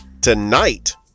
tonight